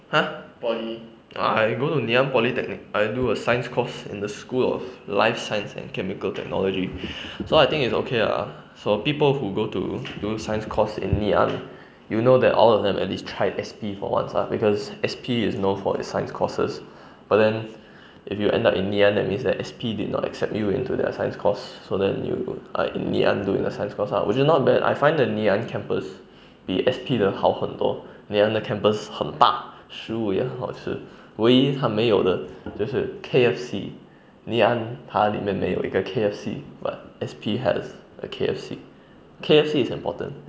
!huh! orh I go to ngee ann polytechnic I do a science course in the school of life science and chemical technology so I think is okay ah so people who go to do science course in ngee ann you know that all of them at least tried S_P for once ah because S_P is known for its science courses but then if you end up in ngee ann that means that S_P did not accept you into their science course so then you are in ngee ann doing the science course ah which is not bad I find that the ngee ann campus 比 S_P 的好很多 ngee ann 的 campus 很大食物也很好吃唯一他没有的就是 K_F_C ngee ann 他里面没有一个 K_F_C but S_P has a K_F_C K_F_C is important